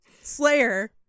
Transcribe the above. Slayer